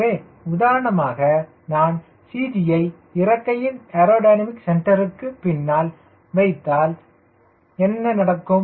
எனவே உதாரணமாக நான் CG யை இறக்கையின் ஏரோடைனமிக் சென்டருக்கு பின்னால் வைத்தால் என்ன நடக்கும்